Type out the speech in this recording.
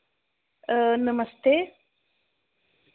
नमस्ते